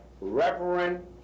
Reverend